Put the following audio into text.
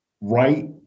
right